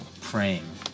praying